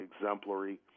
exemplary